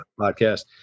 podcast